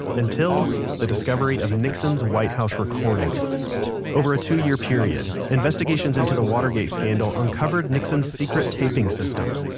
until the discovery of nixon's white house recordings over a two-year period, investigations into the watergate scandal uncovered nixon's secret taping system.